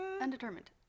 undetermined